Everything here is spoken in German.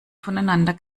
voneinander